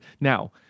Now